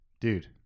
Dude